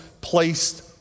placed